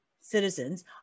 citizens